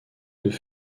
deux